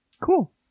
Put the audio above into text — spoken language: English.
Cool